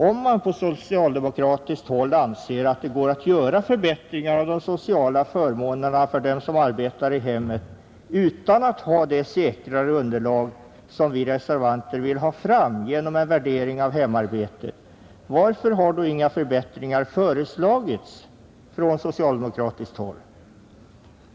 Om man på socialdemokratiskt håll anser att det går att göra förbättringar av de sociala förmånerna för dem som arbetar i hemmet utan att ha det säkrare underlag som vi reservanter vill ha fram genom en värdering av hemarbetet, varför har då inga förbättringar föreslagits från socialdemokratiskt håll?